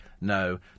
No